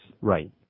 Right